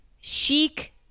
chic